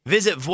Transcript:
Visit